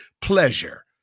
pleasure